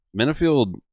Minifield